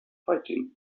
fighting